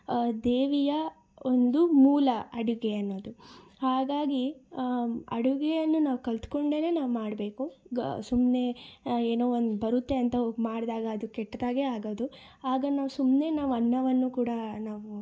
ದೇವಿಯ ಒಂದು ಮೂಲ ಅಡುಗೆ ಅನ್ನೋದು ಹಾಗಾಗಿ ಅಡುಗೆಯನ್ನು ನಾವು ಕಲಿತ್ಕೊಂಡೇ ನಾವು ಮಾಡಬೇಕು ಗ ಸುಮ್ಮನೆ ಏನೋ ಒಂದು ಬರುತ್ತೆ ಅಂತ ಹೋಗಿ ಮಾಡಿದಾಗ ಅದು ಕೆಟ್ಟದಾಗೇ ಆಗೋದು ಆಗ ನಾವು ಸುಮ್ಮನೆ ನಾವು ಅನ್ನವನ್ನು ಕೂಡಾ ನಾವು